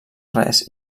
res